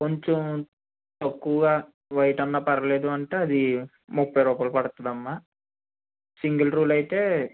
కొంచెం తక్కువగా వైట్ అన్నా పర్లేదు అంటే అది ముప్పై రూపాయలు పడుతుంది అమ్మా సింగల్ రూల్ అయితే